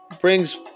brings